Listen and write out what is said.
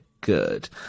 Good